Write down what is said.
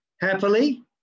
happily